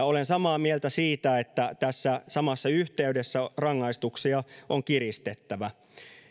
olen samaa mieltä siitä että tässä samassa yhteydessä rangaistuksia on kiristettävä